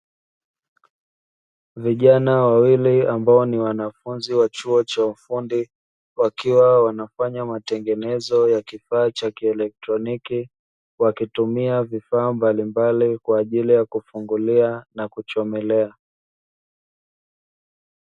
Vijana wawili ambao ni wanafunzi wa chuo cha ufundi, wakiwa wanafanya matengenezo ya kifaa cha kielekitroniki, wakitumia vifaa mbalimbali kwa ajili ya kufungulia na kuchomelea.